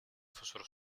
fossero